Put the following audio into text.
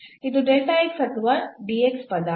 ಇದು ಅಥವಾ ಪದ